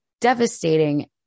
devastating